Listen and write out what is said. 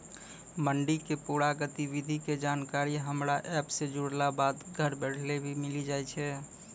मंडी के पूरा गतिविधि के जानकारी हमरा एप सॅ जुड़ला बाद घर बैठले भी मिलि जाय छै